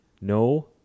No